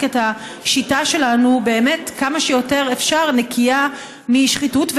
את השיטה שלנו באמת כמה שאפשר נקייה משחיתות,